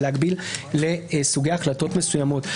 ולהגביל לסוגי החלטות מסוימות,